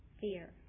fear